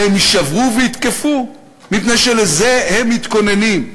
והם יישברו ויתקפו, מפני שלזה הם מתכוננים,